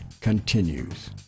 continues